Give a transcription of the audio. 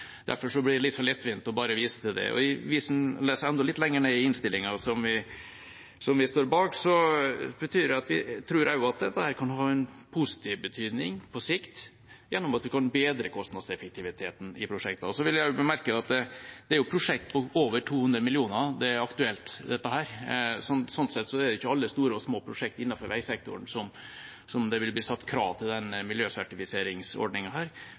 Derfor blir det litt for lettvint bare å vise til det. Og hvis han leser enda litt lenger ned i innstillinga, som vi står bak, tror vi også at dette kan ha en positiv betydning på sikt gjennom at vi kan bedre kostnadseffektiviteten i prosjektene. Jeg vil også bemerke at det er for prosjekt på over 200 mill. kr dette er aktuelt, så sånn sett er det ikke alle store og små prosjekt innenfor veisektoren der det ville bli satt krav til